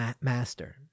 master